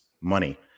money